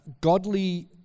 godly